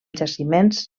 jaciments